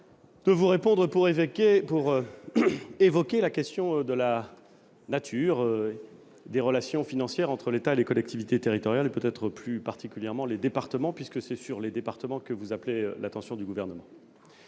vous répondre, d'évoquer la question de la nature des relations financières entre l'État et les collectivités territoriales, plus particulièrement les départements, puisque c'est sur la situation de ces derniers que vous appelez l'attention du Gouvernement.